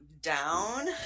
down